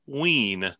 ween